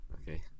Okay